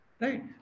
Right